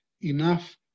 enough